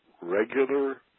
regular